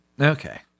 Okay